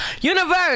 Universe